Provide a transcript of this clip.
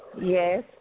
Yes